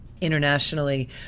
internationally